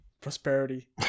prosperity